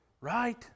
Right